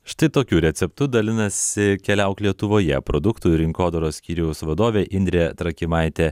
štai tokiu receptu dalinasi keliauk lietuvoje produktų rinkodaros skyriaus vadovė indrė trakimaitė